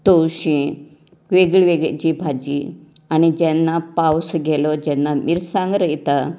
तवशीं वेगळी वेगळी जी भाजी आनी जेन्ना पावस गेलो जेन्ना मिरसांग रोयता